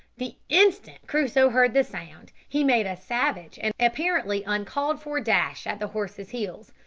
the instant crusoe heard the sound he made a savage and apparently uncalled-for dash at the horse's heels.